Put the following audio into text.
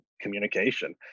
communication